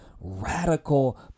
radical